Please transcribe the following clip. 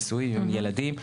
נשואים עם ילדים.